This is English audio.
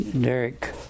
Derek